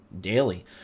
daily